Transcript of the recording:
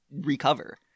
recover